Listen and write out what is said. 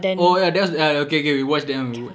oh ya that's okay okay we watched that [one]